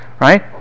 right